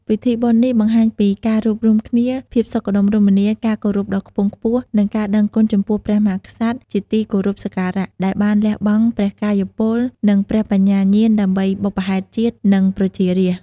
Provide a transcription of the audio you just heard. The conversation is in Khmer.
ពីធីបុណ្យនេះបង្ហាញពី ការរួបរួមគ្នា ភាពសុខដុមរមនា ការគោរពដ៏ខ្ពង់ខ្ពស់ និងការដឹងគុណ ចំពោះព្រះមហាក្សត្រជាទីគោរពសក្ការៈ ដែលបានលះបង់ព្រះកាយពល និងព្រះបញ្ញាញាណដើម្បីបុព្វហេតុជាតិ និងប្រជារាស្ត្រ។